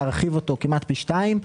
להרחיב אותו כמעט פי שתיים.